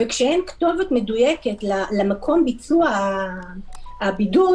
וכשאין כתובת מדויקת למקום ביצוע הבידוד,